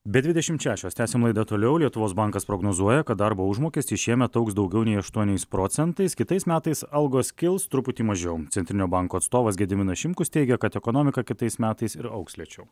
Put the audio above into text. be dvidešimt šešios tęsiam laidą toliau lietuvos bankas prognozuoja kad darbo užmokestis šiemet augs daugiau nei aštuoniais procentais kitais metais algos kils truputį mažiau centrinio banko atstovas gediminas šimkus teigia kad ekonomika kitais metais augs lėčiau